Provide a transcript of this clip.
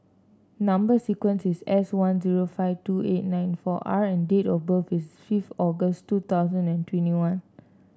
number sequence is S one zero five two eight nine four R and date of birth is fifth August two thousand and twenty one